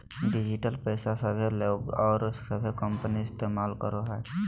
digital पैसा सभे लोग और सभे कंपनी इस्तमाल करो हइ